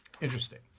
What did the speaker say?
Interesting